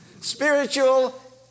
Spiritual